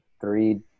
three